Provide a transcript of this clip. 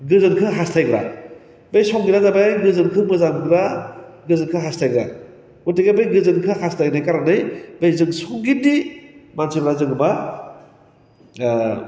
गोजोनखो हास्थायग्रा बे संगितआ जाबाय गोजोनखौ मोजां मोनग्रा गोजोनखौ हास्थायग्रा गथिके बे गोजोनखौ हास्थानाय खारनै बै जों संगितनि मानसिफ्रा जों मा